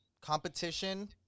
Competition